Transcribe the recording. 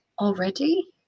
Already